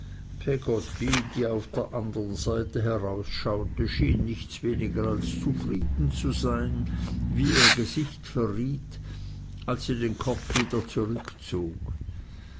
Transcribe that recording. die auf der andern seite herausschaute schien nichts weniger als zufrieden zu sein wie ihr gesicht verriet als sie den kopf wieder zurückzog